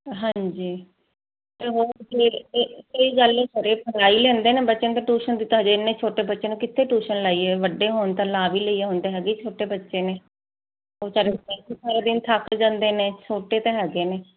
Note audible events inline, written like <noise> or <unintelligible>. ਹਾਂਜੀ <unintelligible> ਕੋਈ ਗੱਲ ਨਹੀਂ ਘਰੇ ਪੜਾਈ ਲੈਂਦੇ ਨਾ ਬੱਚੇ ਨੂੰ ਤੇ ਟਿਊਸ਼ਨ ਦੀ ਹਜੇ ਐਨੀ ਛੋਟੇ ਬੱਚਿਆਂ ਨੂੰ ਕਿੱਥੇ ਟੂਸ਼ਨ ਲਾਈ ਹ ਵੱਡੇ ਹੋਣ ਤਾਂ ਲਾ ਵੀ ਲਈਏ ਹੁਣ ਤਾਂ ਅਜੇ ਛੋਟੇ ਬੱਚੇ ਨੇ ਉਹ ਵਿਚਾਰੇ ਉਦਾ ਥੱਕ ਜਾਂਦੇ ਨੇ ਛੋਟੇ ਤਾਂ ਹੈਗੇ ਨੇ